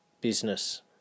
business